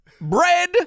Bread